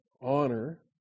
honor